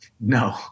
No